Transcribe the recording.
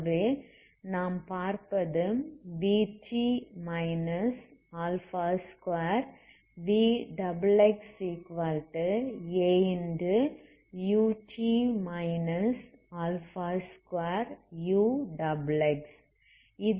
ஆகவே நாம் பார்ப்பது vt 2vxxa